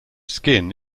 skin